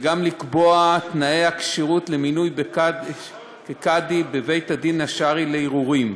וגם לקבוע את תנאי הכשירות למינוי כקאדי בבית-הדין השרעי לערעורים.